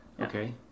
Okay